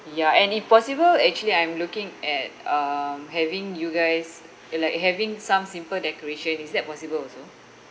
ya and if possible actually I'm looking at um having you guys uh like having some simple decoration is that possible also